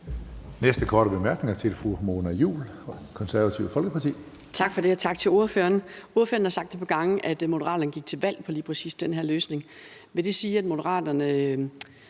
Næste korte bemærkning er til fru Mona Juul, Det Konservative Folkeparti. Kl. 13:51 Mona Juul (KF): Tak for det, og tak til ordføreren. Ordføreren har sagt et par gange, at Moderaterne gik til valg på lige præcis den her løsning. Vil det sige, at Moderaterne